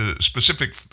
specific